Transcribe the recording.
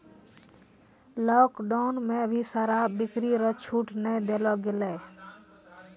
lockdown मे भी शराब बिक्री रो छूट नै देलो गेलै